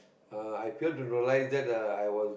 uh I failed to realise that uh I was